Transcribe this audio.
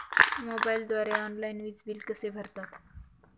मोबाईलद्वारे ऑनलाईन वीज बिल कसे भरतात?